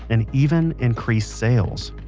and even increase sales.